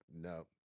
no